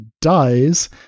dies